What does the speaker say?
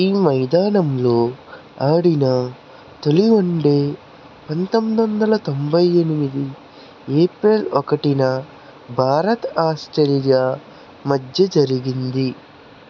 ఈ మైదానంలో ఆడిన తొలి వన్ డే పంతొమ్మిది వందల తొంబై ఎనిమిది ఏప్రిల్ ఒకటిన భారత్ ఆస్ట్రేలియా మధ్య జరిగింది